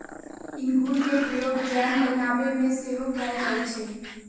इंगूर के प्रयोग जैम बनाबे में सेहो कएल जाइ छइ